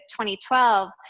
2012